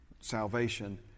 salvation